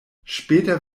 später